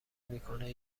میکنه